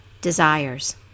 desires